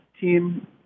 team